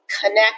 connect